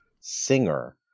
singer